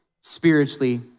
spiritually